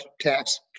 tax